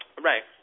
Right